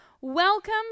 welcome